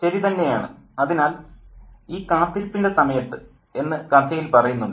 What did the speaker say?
ശരി തന്നെയാണ് അതിനാൽ ഈ കാത്തിരിപ്പിൻ്റെ സമയത്ത് എന്ന് കഥയിൽ പറയുന്നുണ്ട്